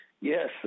Yes